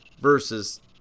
versus